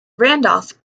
randolph